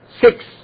six